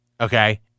Okay